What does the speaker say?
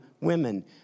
women